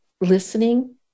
listening